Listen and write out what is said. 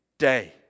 day